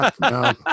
no